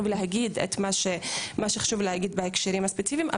ולהגיד את מה שחשוב להגיד בהקשרים הספציפיים.